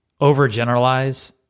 overgeneralize